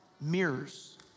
mirrors